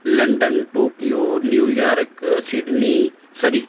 London Tokyo New York Sydney Surrey